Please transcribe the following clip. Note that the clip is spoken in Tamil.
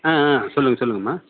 ஆ ஆ சொல்லுங்க சொல்லுங்கம்மா